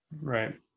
Right